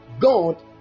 God